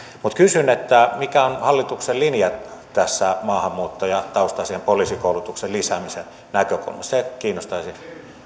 kysyn mikä on hallituksen linja tässä maahanmuuttajataustaisten poliisikoulutuksen lisäämisen näkökulmasta se kiinnostaisi